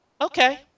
Okay